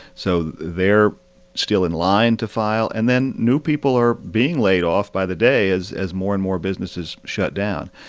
so they're still in line to file. and then new people are being laid off by the day as as more and more businesses shut down.